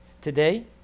Today